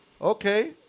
okay